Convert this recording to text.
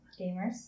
gamers